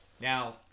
Now